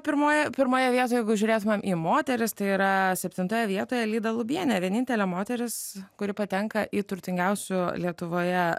pirmoje pirmoje vietoje jeigu žiūrėtumėm į moteris tai yra septintoje vietoje lyda lubienė vienintelė moteris kuri patenka į turtingiausių lietuvoje